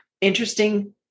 interesting